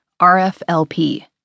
RFLP